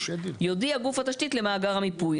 יודיע גוף התשתית למאגר המיפוי".